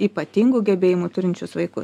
ypatingų gebėjimų turinčius vaikus